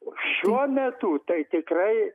šiuo metu tai tikrai